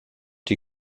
die